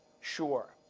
sure.